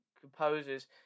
composers